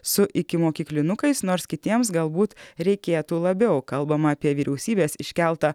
su ikimokyklinukais nors kitiems galbūt reikėtų labiau kalbama apie vyriausybės iškeltą